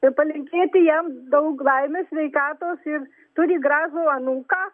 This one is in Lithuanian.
ir palinkėti jam daug laimės sveikatos ir turi gražų anūką